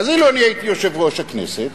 אז אילו אני הייתי יושב-ראש הכנסת,